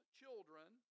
children